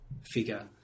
figure